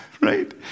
right